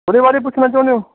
ਉਹਦੇ ਬਾਰੇ ਪੁੱਛਣਾ ਚਾਹੁੰਦੇ ਹੋ